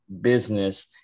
business